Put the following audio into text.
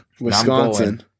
Wisconsin